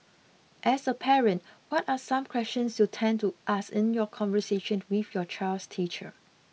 as a parent what are some questions you tend to ask in your conversation with your child's teacher